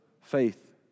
faith